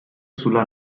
sulla